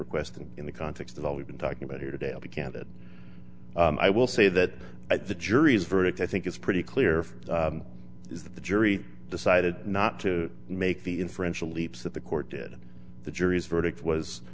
request and in the context of all we've been talking about here today i'll be candid i will say that at the jury's verdict i think it's pretty clear is that the jury decided not to make the inferential leaps that the court did the jury's verdict was